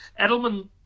Edelman